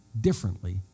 differently